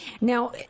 now